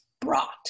brought